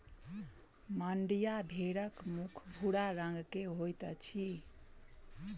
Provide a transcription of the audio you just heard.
मांड्या भेड़क मुख भूरा रंग के होइत अछि